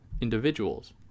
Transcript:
individuals